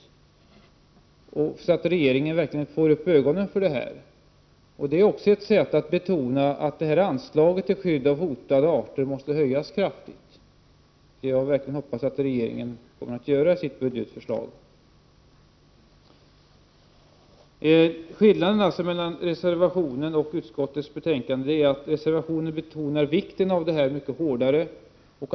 Man måste se till att regeringen verkligen får upp ögonen för detta. Det är ett sätt att betona att anslaget till skydd av hotade arter måste höjas kraftigt. Jag hoppas att regeringen också gör det i sitt budgetförslag. Skillnaden mellan reservationen och utskottets skrivning är att reservationen mycket starkare betonar vikten av att man stödjer denna verksamhet.